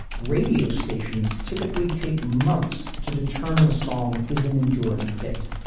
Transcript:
radio stations typically take months to determine a song is an enduring hit.